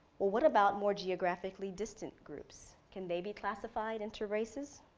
well what about more geographically distant groups, can they be classified into races?